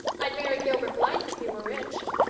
i'd marry gilbert blythe if he were rich.